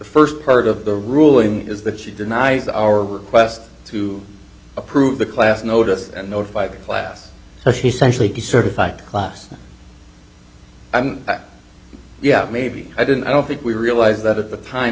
first part of the ruling is that she denies our request to approve the class notice and notify the class so she socially certified class the out maybe i didn't i don't think we realized that at the time